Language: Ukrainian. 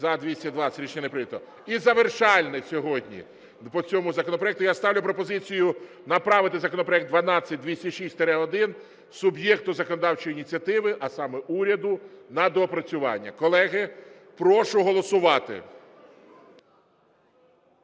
За-220 Рішення не прийнято. І завершальне сьогодні по цьому законопроекту. Я ставлю пропозицію направити законопроект 12206-1 суб'єкту законодавчої ініціативи, а саме уряду, на доопрацювання. Колеги, прошу голосувати.